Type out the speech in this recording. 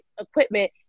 equipment